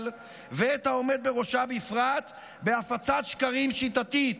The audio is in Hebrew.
ואת העומד בראשה בפרט בהפצת שקרים שיטתית.